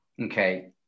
okay